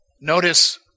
Notice